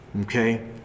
Okay